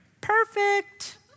perfect